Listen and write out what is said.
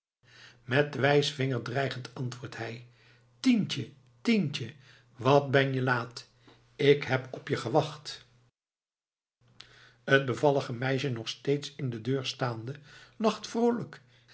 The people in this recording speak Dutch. met den wijsvinger dreigend antwoordt hij tientje tientje wat ben je laat ik heb op je gewacht het bevallige meisje nog steeds in de deur staande lacht vroolijk